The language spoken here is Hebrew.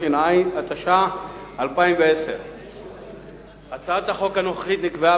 התש"ע 2010. הצעת החוק הנוכחית נקבעה